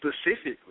specifically